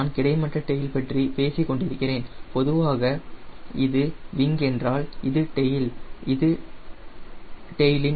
நான் கிடைமட்ட டெயில் பற்றி பேசிக் கொண்டிருக்கிறேன் பொதுவாக இது விங் என்றால் இது டெயில் இது டெயிலின் a